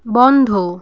বন্ধ